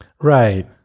right